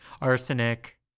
Arsenic